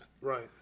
Right